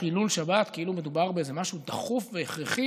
חילול שבת כאילו מדובר באיזה משהו דחוף והכרחי.